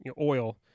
oil